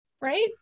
right